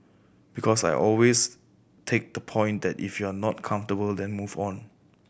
because I always take the point that if you're not comfortable then move on